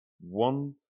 one